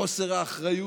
חוסר האחריות?